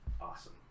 awesome